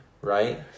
Right